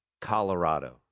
Colorado